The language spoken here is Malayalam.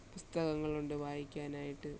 പുസ്തകങ്ങളുണ്ട് വായിക്കാനായിട്ട്